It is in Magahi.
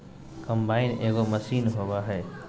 कंबाइन एगो मशीन होबा हइ